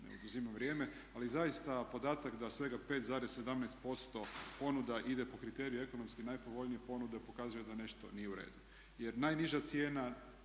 ne oduzimam vrijeme. Ali zaista podatak da svega 5,17% ponuda ide po kriteriju ekonomski najpovoljnije ponude pokazuje da nešto nije u redu.